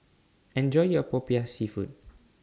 Enjoy your Popiah Seafood